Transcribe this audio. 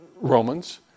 Romans